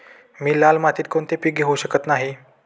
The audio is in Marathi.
मी लाल मातीत कोणते पीक घेवू शकत नाही?